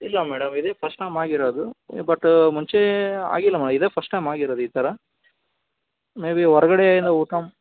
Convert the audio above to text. ಇಲ್ಲ ಮೇಡಮ್ ಇದೇ first time ಆಗಿರೋದು ಬಟ್ ಮುಂಚೆ ಆಗಿಲ್ಲ ಮ ಇದೇ ಫಸ್ಟ್ ಟೈಮ್ ಆಗಿರೋದ್ ಈ ಥರ ಮೇಬಿ ಹೊರ್ಗಡೆಯಿಂದ ಊಟ